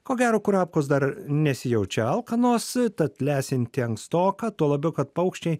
ko gero kurapkos dar nesijaučia alkanos tad lesinti ankstoka tuo labiau kad paukščiai